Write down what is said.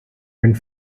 went